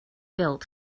built